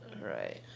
Right